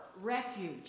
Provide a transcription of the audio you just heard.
refuge